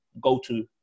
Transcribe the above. go-to